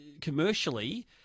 commercially